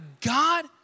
God